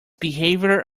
behavior